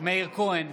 מאיר כהן,